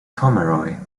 pomeroy